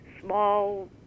small